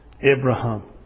Abraham